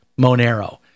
Monero